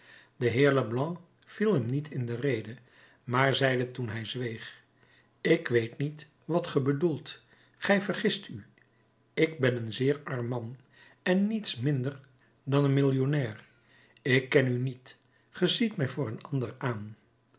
de heer leblanc viel hem niet in de rede maar zeide toen hij zweeg ik weet niet wat ge bedoelt gij vergist u ik ben een zeer arm man en niets minder dan een millionair ik ken u niet ge ziet mij voor een ander aan